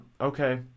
Okay